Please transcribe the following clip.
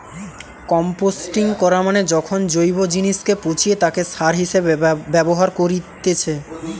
composting করা মানে যখন জৈব জিনিসকে পচিয়ে তাকে সার হিসেবে ব্যবহার করেতিছে